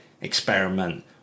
experiment